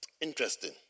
interesting